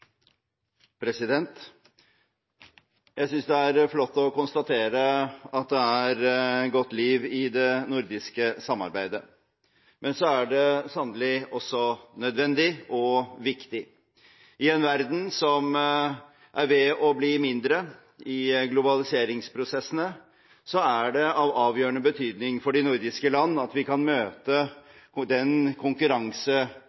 Jeg synes det er flott å konstatere at det er godt liv i det nordiske samarbeidet, men så er det sannelig også nødvendig og viktig! I en verden som er ved å bli mindre – gjennom globaliseringsprosessene – er det av avgjørende betydning for de nordiske land at